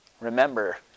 remember